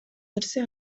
нерсе